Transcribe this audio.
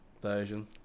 version